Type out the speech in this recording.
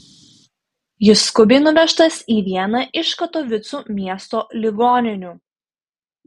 jis skubiai nuvežtas į vieną iš katovicų miesto ligoninių